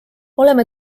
oleme